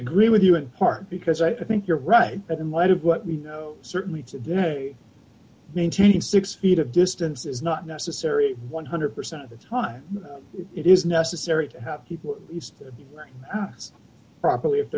agree with you in part because i think you're right that in light of what we know certainly they maintain six feet of distance is not necessary one hundred percent of the time it is necessary to have people used properly if